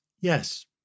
Yes